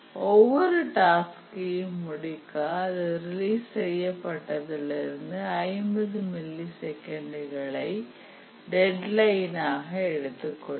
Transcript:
ஒவ்வொரு டாஸ்க்கையும் முடிக்க அது ரிலீஸ் செய்யப்பட்டதில் இருந்து 50 மில்லி செகண்டுகள் ஐ அது டெட்லைன் ஆக எடுத்துக்கொள்ளும்